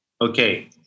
Okay